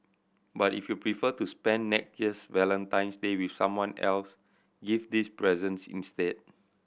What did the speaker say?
but if you prefer to spend next year's Valentine's Day with someone else give these presents instead